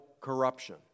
corruption